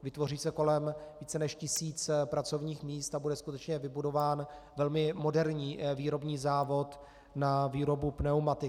Vytvoří se kolem více než tisíce pracovních míst a bude skutečně vybudován velmi moderní výrobní závod na výrobu pneumatik.